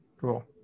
Cool